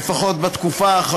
הנחה.